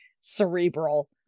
cerebral